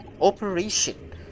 operation